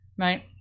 right